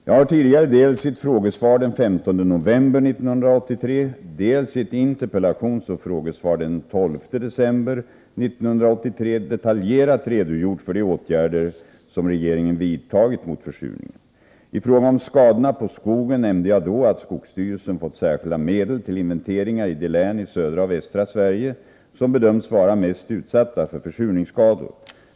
Jag har tidigare dels i ett frågesvar den 15 november 1983, dels i ett interpellationsoch frågesvar den 12 december 1983 detaljerat redogjort för de åtgärder som regeringen vidtagit mot försurningen. I fråga om skadorna på skogen nämnde jag då att skogsstyrelsen fått särskilda medel till inventeringar i de län i södra och västra Sverige som bedömts vara mest utsatta för försurningsskador.